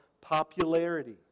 popularity